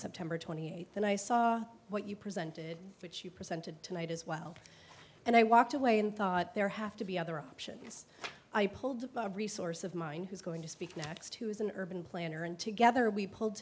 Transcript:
september twenty eighth and i saw what you presented which you presented tonight as well and i walked away and thought there have to be other options i pulled a resource of mine who's going to speak next who is an urban planner and together we pulled